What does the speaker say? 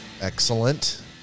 Excellent